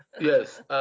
Yes